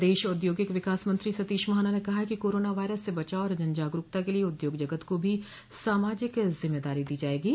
प्रदेश औद्योगिक विकास मंत्री सतीश महाना ने कहा है कि कोरोना वायरस से बचाव और जन जागरूकता के लिये उद्योग जगत को भी सामाजिक जिम्मेदारी दी जायेगो